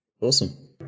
Awesome